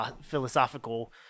philosophical